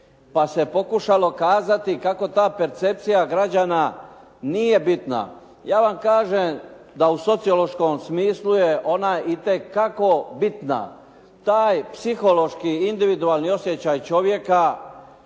Pa se pokušalo kazati kako ta percepcija građana nije bitna. Ja vam kažem da u sociološkom smislu je itekako bitna. Taj psihološki individualni osjećaj čovjeka